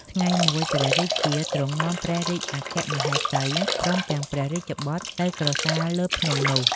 ថ្ងៃមួយ ព្រះរាជាទ្រង់នាំព្រះរាជអគ្គមហេសី ព្រមទាំងព្រះរាជបុត្រទៅក្រសាលលើភ្នំនោះ។